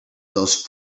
those